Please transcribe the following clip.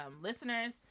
listeners